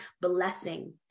blessing